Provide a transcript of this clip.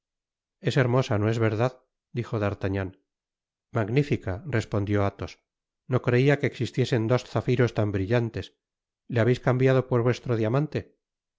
ks hermosá no es verdad t dijo d'artagnan magnifica respondió athos no creia que existiesen dos zafiros tan brillantes le habeis cambiado por vuestro diamante no